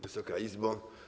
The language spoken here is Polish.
Wysoka Izbo!